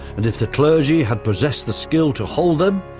and if the clergy had possessed the skill to hold them,